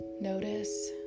Notice